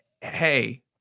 hey